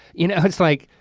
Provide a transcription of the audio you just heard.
you know it's like,